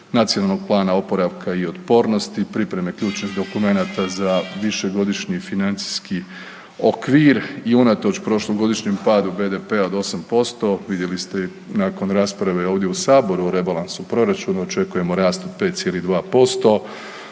Nacionalnog plana oporavka i otpornosti, pripreme ključnih dokumenata za Višegodišnji financijski okvir i unatoč prošlogodišnjem padu BDP-a od 8%, vidjeli ste, nakon rasprave ovdje u Saboru, o rebalansu proračuna, očekujemo rast od 5,2%.